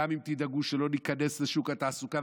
גם אם תדאגו שלא ניכנס לשוק התעסוקה,